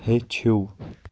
ہیٚچھِو